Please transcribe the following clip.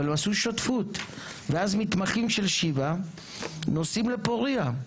אבל הם עשו שותפות ואז מתמחים של שיבא נוסעים לפורייה,